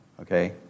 Okay